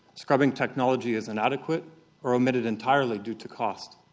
scrubbing technology is inadequate or omitted entirely due to cost.